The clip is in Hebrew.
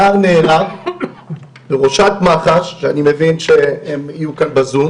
נער נהרג וראש מח"ש שאני מבין שהם יהיו כאן בזום